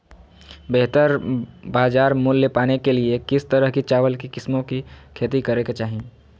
बेहतर बाजार मूल्य पाने के लिए किस तरह की चावल की किस्मों की खेती करे के चाहि?